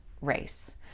race